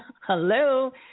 hello